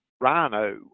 rhino